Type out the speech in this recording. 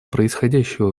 происходящего